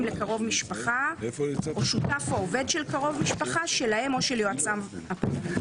לקרוב משפחה או שותף או עובד של קרוב משפחה שלהם או של יועצם הפרלמנטרי.